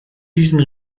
diesen